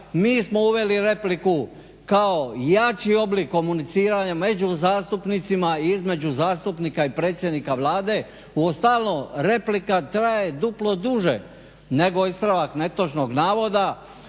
Mi smo uveli repliku kao jači oblik komuniciranja među zastupnicima i između zastupnika i predsjednika Vlade. Uostalom replika traje duplo duže nego ispravak netočnog navoda.